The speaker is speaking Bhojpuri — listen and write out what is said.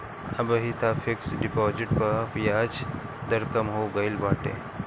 अबही तअ फिक्स डिपाजिट पअ बियाज दर कम हो गईल बाटे